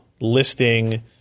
listing